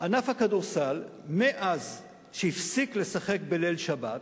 ענף הכדורסל, מאז הפסיק לשחק בליל שבת